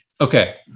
Okay